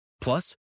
Plus